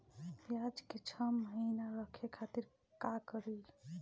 प्याज के छह महीना रखे खातिर का करी?